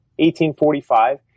1845